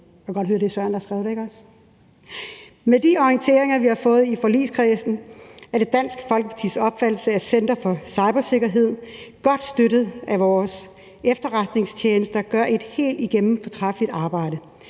Med de orienteringer, vi har fået i forligskredsen, er det Dansk Folkepartis opfattelse, at Center for Cybersikkerhed godt støttet af vores efterretningstjenester gør et helt igennem fortræffeligt arbejde.